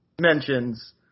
mentions